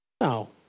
No